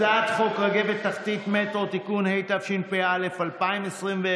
הצעת חוק רכבת תחתית מטרו (תיקון), התשפ"א 2021,